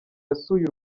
yasuye